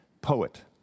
poet